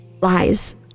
lies